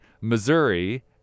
Missouri